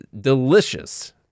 delicious